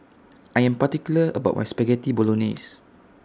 I Am particular about My Spaghetti Bolognese